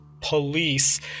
police